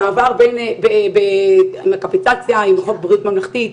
המעבר לקאפיטציה בחוק ביטוח בריאות ממלכתי,